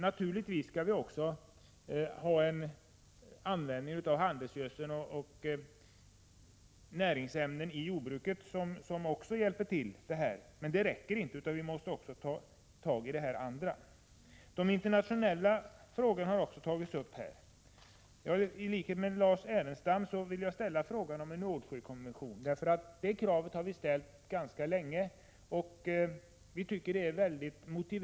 Naturligtvis skall vi tänka på användningen av handelsgödsel och näringsämnen i jordbruket, men vi måste även ta tag i de andra problemen. De internationella frågorna har också tagits upp här. I likhet med Lars Ernestam vill jag ställa frågan om en Nordsjökommission. Det gäller ett krav som vi har ställt ganska länge.